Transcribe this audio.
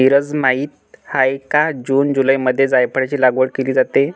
नीरज माहित आहे का जून जुलैमध्ये जायफळाची लागवड केली जाते